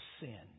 sin